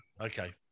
Okay